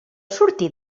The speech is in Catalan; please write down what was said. sortir